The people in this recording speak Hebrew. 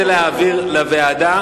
בעד,